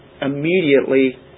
immediately